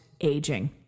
aging